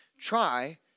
try